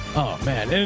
man. and